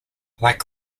like